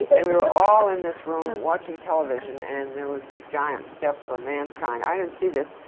and we were all in this room, watching television, and there was this giant step for mankind. i didn't see this,